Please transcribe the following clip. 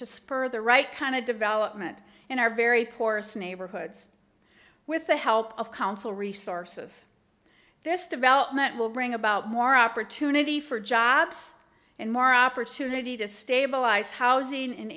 spur the right kind of development in our very poorest neighborhoods with the help of council resources this development will bring about more opportunity for jobs and more opportunity to stabilize housing in